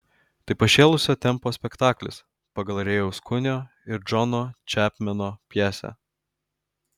tai pašėlusio tempo spektaklis pagal rėjaus kunio ir džono čepmeno pjesę